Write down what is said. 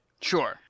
Sure